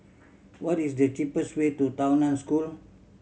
what is the cheapest way to Tao Nan School